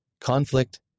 Conflict